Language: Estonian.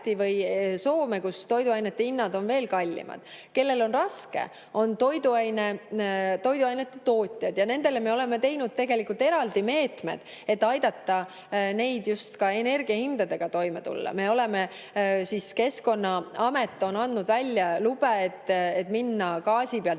või Soome, kus toiduainete hinnad on veel kallimad. Kellel on raske, on toiduainete tootjad, ja nendele me oleme teinud eraldi meetmed, et aidata neid just energiahindadega toime tulla. Keskkonnaamet on andnud välja lube, et minna gaasi pealt